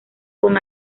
con